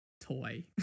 toy